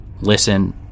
Listen